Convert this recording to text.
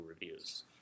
reviews